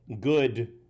good